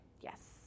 Yes